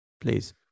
please